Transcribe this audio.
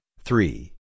three